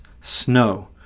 snow